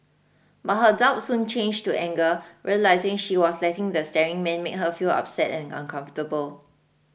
but her doubt soon changed to anger realising she was letting the staring man make her feel upset and uncomfortable